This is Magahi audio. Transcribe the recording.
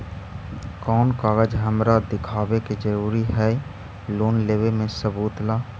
कौन कागज हमरा दिखावे के जरूरी हई लोन लेवे में सबूत ला?